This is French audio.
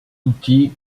outil